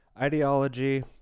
ideology